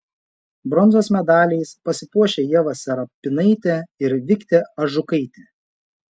bronzos medaliais pasipuošė ieva serapinaitė ir viktė ažukaitė